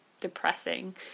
depressing